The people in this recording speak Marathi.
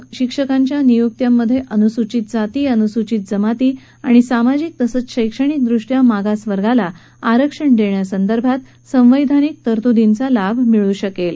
या निर्णयामुळे शिक्षकांच्या नियुक्त्यांमध्ये अनुसूचित जाती अनुसूचित जमाती आणि सामाजिक तसंच शक्तणिक दृष्ट्या मागास वर्गाला आरक्षण देण्यासंदर्भात संवद्यानिक तरतुदीचा लाभ मिळू शकेल